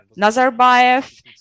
Nazarbayev